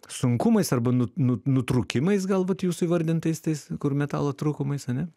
sunkumais arba nu nu nutrūkimais galbūt jūsų įvardintais tais kur metalo trūkumais ane